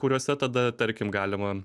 kuriuose tada tarkim galima